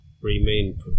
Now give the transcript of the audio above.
remain